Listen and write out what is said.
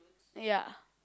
ya